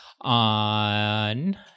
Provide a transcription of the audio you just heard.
on